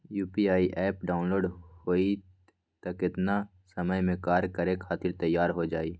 UPI app download होई त कितना समय मे कार्य करे खातीर तैयार हो जाई?